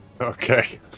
Okay